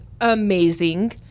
amazing